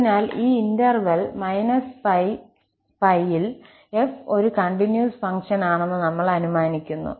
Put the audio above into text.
അതിനാൽ ഈ ഇന്റർവെൽ−𝜋 𝜋 ൽ 𝑓 ഒരു കണ്ടിന്യൂസ് ഫംഗ്ഷനാണെന്ന് നമ്മൾ അനുമാനിക്കുന്നു